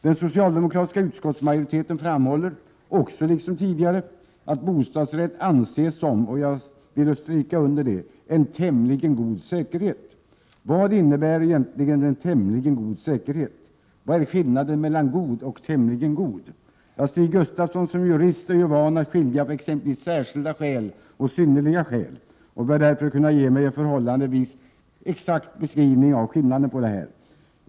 Den socialdemokratiska utskottsmajoriteten framhåller, också liksom tidigare, att bostadsrätt anses som — jag vill stryka under det — en tämligen god säkerhet. Vad innebär egentligen ”tämligen god”? Vad är skillnaden mellan god och tämligen god? Stig Gustafsson som jurist är ju van att skilja på exempelvis särskilda skäl och synnerliga skäl och bör därför kunna ge mig en exakt beskrivning av skillnaden mellan god och tämligen god.